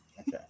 Okay